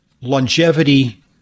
longevity